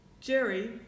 Jerry